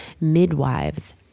midwives